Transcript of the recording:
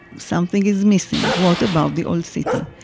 something is missing! what about the old city?